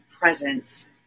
presence